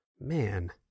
man